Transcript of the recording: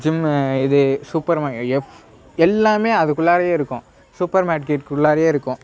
gym இது super market எல்லாமே அதுக்குள்ளாரையே இருக்கும் சூப்பர் மார்க்கெட் குள்ளாரையே இருக்கும்